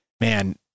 man